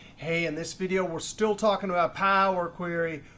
hey, in this video, we're still talking about power query,